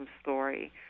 story